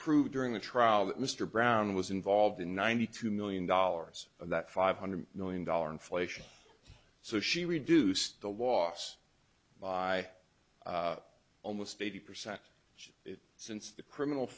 prove during the trial that mr brown was involved in ninety two million dollars of that five hundred million dollar inflation so she reduced the loss by almost eighty percent which is since the criminal